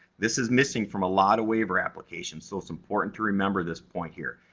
this is missing from a lot of waiver applications. so, it's important to remember this point here.